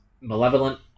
malevolent